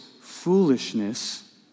foolishness